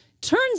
Turns